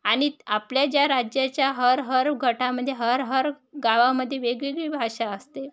आणि आपल्या ज्या राज्याच्या हर हर गटामध्ये हर हर गावामध्ये वेगवेगळी भाषा असते